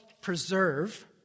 preserve